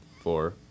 Four